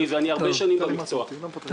אני יכול להגיד לך שבשנה וחצי האחרונה -- מי הצוות?